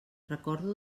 recordo